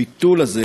הביטול הזה,